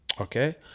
okay